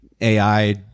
ai